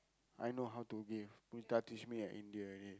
I know how to give Punitha teach me at India already